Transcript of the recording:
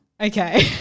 Okay